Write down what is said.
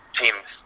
teams